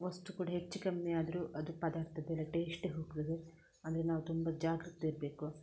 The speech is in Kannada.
ವಸ್ತು ಕೂಡ ಹೆಚ್ಚು ಕಮ್ಮಿ ಆದರೂ ಅದು ಪದಾರ್ಥದೆಲ್ಲ ಟೇಸ್ಟೇ ಹೋಗ್ತದೆ ಅಂದರೆ ನಾವು ತುಂಬ ಜಾಗ್ರತೆ ಇರಬೇಕು